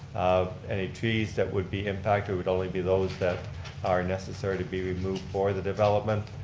um any trees that would be impacted it would only be those that are necessary to be removed for the development.